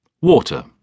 water